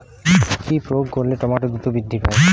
কি প্রয়োগ করলে টমেটো দ্রুত বৃদ্ধি পায়?